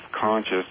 conscious